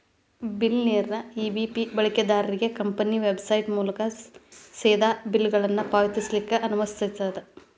ಬಿಲ್ಲರ್ನೇರ EBP ಬಳಕೆದಾರ್ರಿಗೆ company website ಮೂಲಕಾ ಸೇದಾ ಬಿಲ್ಗಳನ್ನ ಪಾವತಿಸ್ಲಿಕ್ಕೆ ಅನುಮತಿಸ್ತದ